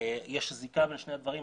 יש זיקה בין שני הדברים.